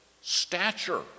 stature